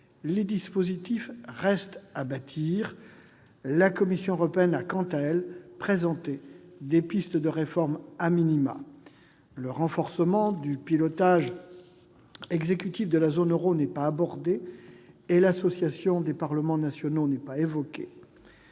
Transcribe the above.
les dispositifs restent à élaborer. La Commission européenne a, quant à elle, présenté des pistes de réforme. Le renforcement du pilotage exécutif de la zone euro n'est pas abordé et l'association des parlements nationaux n'est pas évoquée.